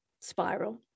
spiral